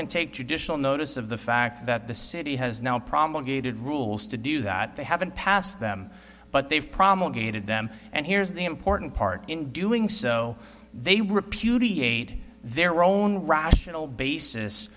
can take judicial notice of the fact that the city has now promulgated rules to do that they haven't passed them but they've promulgated them and here's the important part in doing so they repudiate their own rational basis